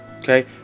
okay